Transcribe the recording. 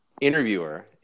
interviewer